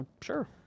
Sure